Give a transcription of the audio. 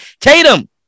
Tatum